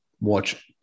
watch